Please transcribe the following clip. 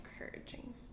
encouraging